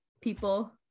people